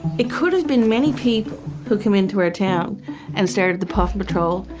it could of been many people who came into our town and started the puffin patrol.